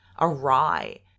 awry